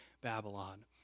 Babylon